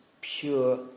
pure